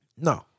No